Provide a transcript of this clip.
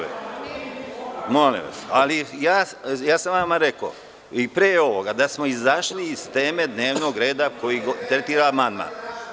Ja sam vama rekao i pre ovoga da smo izašli iz teme dnevnog reda koju tretira amandman.